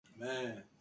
Man